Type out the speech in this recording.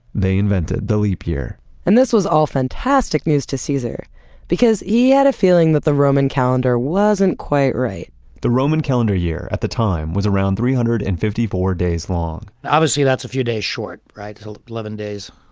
they invented the leap year and this was all fantastic news to caesar because he had a feeling that the roman calendar wasn't quite right the roman calendar year at the time was around three hundred and fifty four days long obviously, that's a few days short, right? so eleven days,